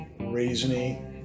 raisiny